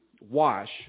wash